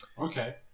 Okay